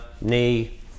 knee